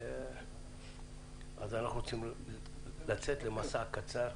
אם כן, אנחנו רוצים לצאת למסע קצר,